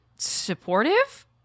supportive